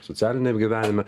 socialiniam gyvenime